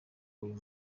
uyu